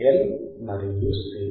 L మరియు C